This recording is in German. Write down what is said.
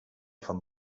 vom